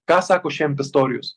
ką sako šian pistorijus